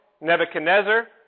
Nebuchadnezzar